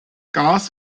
gas